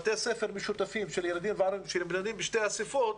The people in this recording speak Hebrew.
בתי ספר משותפים של ילדים יהודים וערבים שמדברים בשתי השפות,